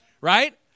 right